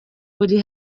buri